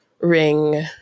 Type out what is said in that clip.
ring